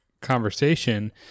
conversation